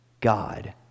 God